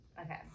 okay